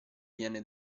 viene